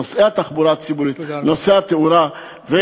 נושא התחבורה הציבורית ונושא התאורה.